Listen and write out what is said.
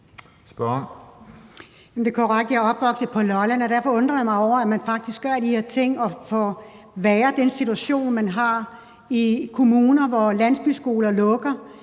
Blixt (DF): Det er korrekt, at jeg er opvokset på Lolland, og derfor undrer jeg mig over, at man faktisk gør de her ting og forværrer den situation, man har i nogle kommuner, hvor landsbyskoler lukker.